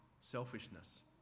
selfishness